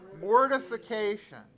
Mortification